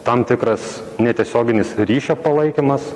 tam tikras netiesioginis ryšio palaikymas